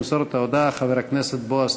ימסור את ההודעה חבר הכנסת בועז